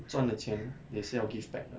赚的钱也是要 give back 的